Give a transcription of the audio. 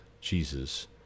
Jesus